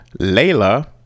Layla